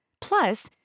Plus